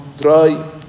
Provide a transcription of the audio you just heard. try